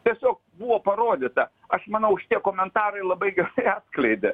tiesiog buvo parodyta aš manau šitie komentarai labai gerai atskleidė